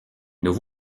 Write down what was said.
nous